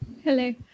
Hello